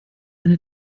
eine